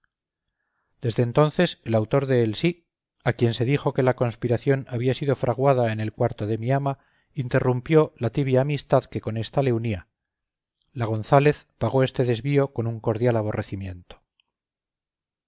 desde entonces el autor de el sí a quien se dijo que la conspiración había sido fraguada en el cuarto de mi ama interrumpió la tibia amistad que con ésta le unía la gonzález pagó este desvío con un cordial aborrecimiento